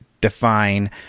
define